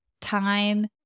time